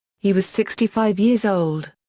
he was sixty five years old.